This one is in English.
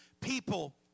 people